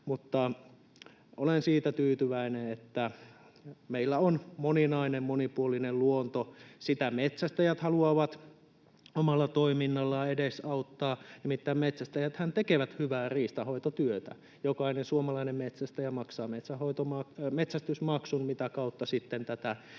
Olen siitä tyytyväinen, että meillä on moninainen, monipuolinen luonto. Sitä metsästäjät haluavat omalla toiminnallaan edesauttaa. Nimittäin metsästäjäthän tekevät hyvää riistanhoitotyötä. Jokainen suomalainen metsästäjä maksaa metsästysmaksun, mitä kautta sitten